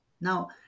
now